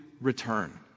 return